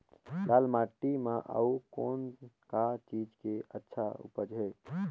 लाल माटी म अउ कौन का चीज के अच्छा उपज है?